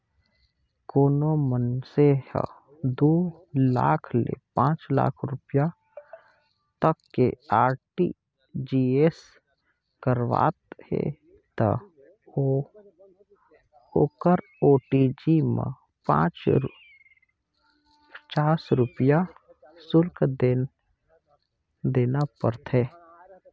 कोनों मनसे ह दू लाख ले पांच लाख रूपिया तक के आर.टी.जी.एस करावत हे त ओकर अवेजी म पच्चीस रूपया सुल्क देना परथे